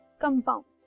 compounds